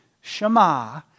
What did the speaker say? Shema